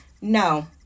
No